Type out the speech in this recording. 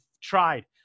tried